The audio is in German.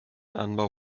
anbau